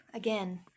Again